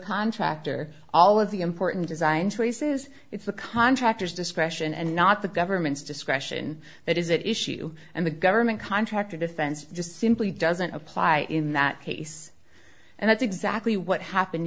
contractor all of the important design choices it's the contractors discretion and not the government's discretion that is at issue and the government contractor defense just simply doesn't apply in that case and that's exactly what happened